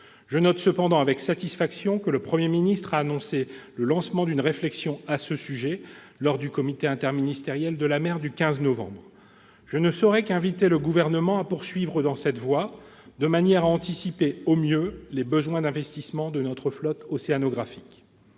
Je note toutefois avec satisfaction que le Premier ministre a annoncé le lancement d'une réflexion à ce sujet, lors du comité interministériel de la mer du 15 novembre. Je ne saurai qu'inviter le Gouvernement à poursuivre dans cette voie, de manière à anticiper au mieux les besoins d'investissement de notre flotte océanographique.